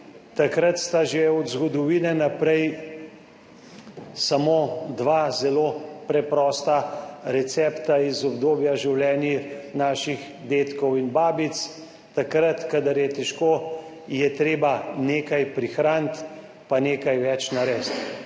takrat sta že od zgodovine naprej samo dva zelo preprosta recepta iz obdobja življenja naših dedkov in babic. Takrat, kadar je težko, je treba nekaj prihraniti pa nekaj več narediti.